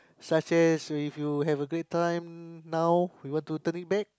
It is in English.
such as we if you have a great time now we want to turn it back